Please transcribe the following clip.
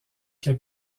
qu’a